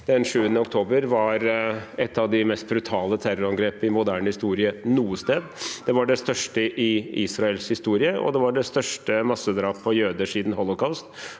den 7. oktober var et av de mest brutale terrorangrep i moderne historie noe sted. Det var det største i Israels historie, og det var det største massedrapet på jøder siden holocaust.